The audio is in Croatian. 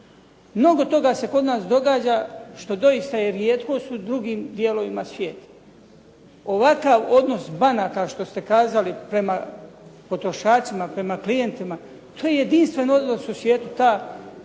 mnogo toga se kod nas događa što doista je rijetkost u drugim dijelovima svijeta. Ovakav odnos banaka što ste kazali prema potrošačima, prema klijentima. To je jedinstven odnos u svijetu, ta